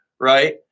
Right